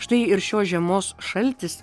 štai ir šios žiemos šaltis